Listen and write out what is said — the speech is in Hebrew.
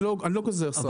אני לא גוזר סרטים.